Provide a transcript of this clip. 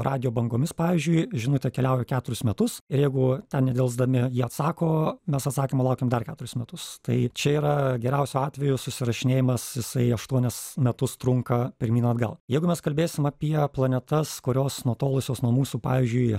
radijo bangomis pavyzdžiui žinutė keliauja keturis metus ir jeigu ten nedelsdami jie atsako mes atsakymo laukiam dar keturis metus tai čia yra geriausiu atveju susirašinėjimas jisai aštuonis metus trunka pirmyn atgal jeigu mes kalbėsim apie planetas kurios nutolusios nuo mūsų pavyzdžiui